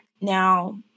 Now